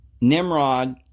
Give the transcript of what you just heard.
Nimrod